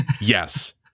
Yes